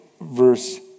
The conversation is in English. verse